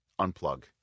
Unplug